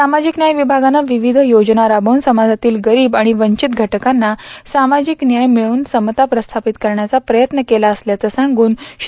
सामाजिक न्याय विमागानं विविध योजना राबवून समाजातील गरीब आणि वॅचित घटकांना सामाजिक न्याय मिळवून समता प्रस्थापित करण्याचा प्रयत्न केला असल्याचं सांगून त्री